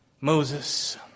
Moses